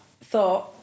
thought